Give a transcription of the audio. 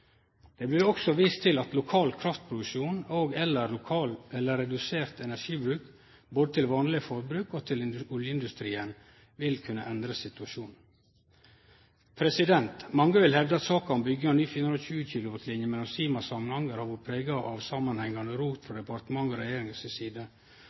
Det blir også vist til at lokal kraftproduksjon og/eller redusert energibruk både til vanleg forbruk og til oljeindustrien vil kunne endre situasjonen. Mange vil hevde at saka om 420 kV linje mellom Sima og Samnanger har vore prega av samanhengande rot